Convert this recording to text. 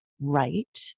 right